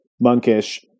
Monkish